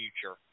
future